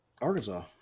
Arkansas